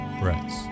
breaths